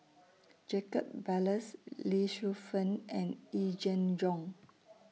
Jacob Ballas Lee Shu Fen and Yee Jenn Jong